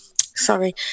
Sorry